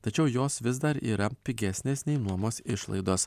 tačiau jos vis dar yra pigesnės nei nuomos išlaidos